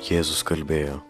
jėzus kalbėjo